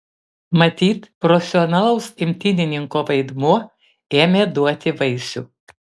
matyt profesionalaus imtynininko vaidmuo ėmė duoti vaisių